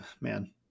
man